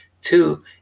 Two